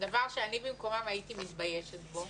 דבר שאני במקומם הייתי מתביישת בו.